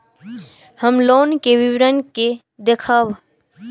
हम लोन के विवरण के देखब?